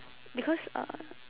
because uh